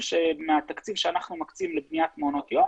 שמהתקציב שאנחנו מקצים לבניית מעונות יום